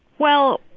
well,